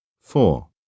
Four